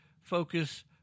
focus